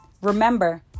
remember